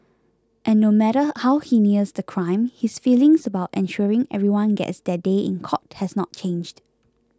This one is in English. and no matter how heinous the crime his feelings about ensuring everyone gets their day in court has not changed